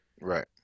Right